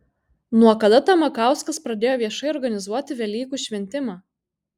nuo kada tamakauskas pradėjo viešai organizuoti velykų šventimą